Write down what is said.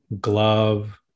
glove